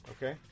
Okay